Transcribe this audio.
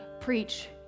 preach